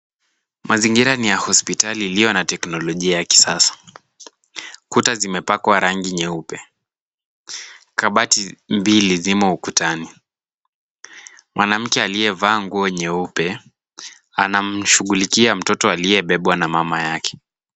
Mazingira ni ya hospitali iliyo na teknolojia ya kisasa. Kuta zimepakwa rangi nyeupe. Kabati mbili zimo ukutani. Mwanamke aliyevaa nguo nyeupe anamshughulikia mtoto aliyebebwa na mama yake.